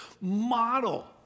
model